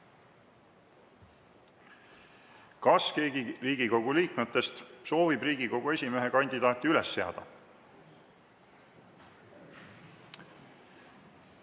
Kas keegi Riigikogu liikmetest soovib Riigikogu esimehe kandidaati üles seada?